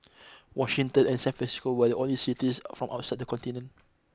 Washington and San Francisco were the only cities from outside the continent